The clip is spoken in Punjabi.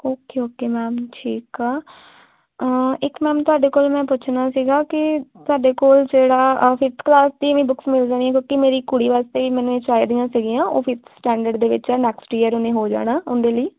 ਓਕੇ ਓਕੇ ਮੈਮ ਠੀਕ ਆ ਇੱਕ ਮੈਮ ਤੁਹਾਡੇ ਕੋਲ ਮੈਂ ਪੁੱਛਣਾ ਸੀਗਾ ਕਿ ਤੁਹਾਡੇ ਕੋਲ ਜਿਹੜਾ ਫਿਫਥ ਕਲਾਸ ਦੀ ਵੀ ਬੁੱਕਸ ਮਿਲ ਜਾਣੀਆਂ ਕਿਉਂਕਿ ਮੇਰੀ ਕੁੜੀ ਵਾਸਤੇ ਵੀ ਮੈਨੂੰ ਇਹ ਚਾਹੀਦੀਆਂ ਸੀਗੀਆਂ ਉਹ ਫਿਫਥ ਸਟੈਂਡਰਡ ਦੇ ਵਿੱਚ ਹੈ ਨੈਕਸਟ ਈਅਰ ਉਹਨੇ ਹੋ ਜਾਣਾ ਉਹਦੇ ਲਈ